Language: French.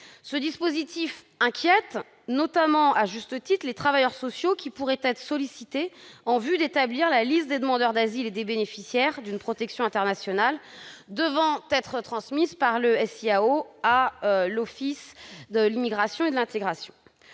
Ce dispositif inquiète, notamment, et à juste titre, les travailleurs sociaux, qui pourraient être sollicités en vue d'établir la liste des demandeurs d'asile et des bénéficiaires d'une protection internationale devant être transmise par le SIAO à l'OFII. Or, comme le Défenseur